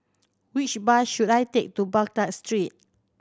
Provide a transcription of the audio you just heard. which bus should I take to Baghdad Street